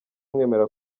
mwemera